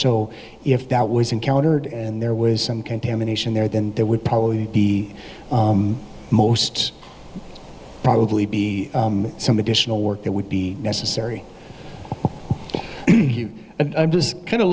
so if that was encountered and there was some contamination there then there would probably be most probably be some additional work that would be necessary i'm just kind of